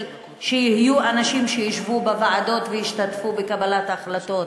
שיהיו אנשים שישבו בוועדות וישתתפו בקבלת ההחלטות,